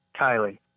Kylie